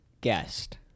guest